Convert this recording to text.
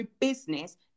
business